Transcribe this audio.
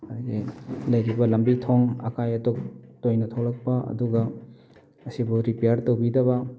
ꯑꯗꯒꯤ ꯂꯩꯔꯤꯕ ꯂꯝꯕꯤ ꯊꯣꯡ ꯑꯀꯥꯏ ꯑꯇꯣꯛ ꯇꯣꯏꯅ ꯊꯣꯛꯂꯛꯄ ꯑꯗꯨꯒ ꯑꯁꯤꯕꯨ ꯔꯤꯄ꯭ꯌꯥꯔ ꯇꯧꯕꯤꯗꯕ